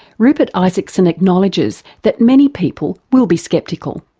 rupert isaacson acknowledges that many people will be sceptical.